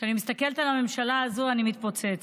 כשאני מסתכלת על הממשלה הזו, אני מתפוצצת.